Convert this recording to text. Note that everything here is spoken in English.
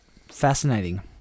fascinating